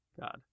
God